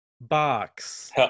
Box